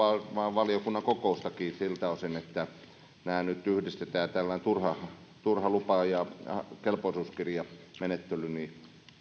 valiokunnan kokoustakin siltä osin että nämä nyt yhdistetään tällainen turha turha lupa ja kelpoisuuskirjamenettely